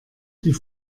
die